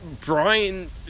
Brian